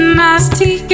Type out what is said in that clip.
nasty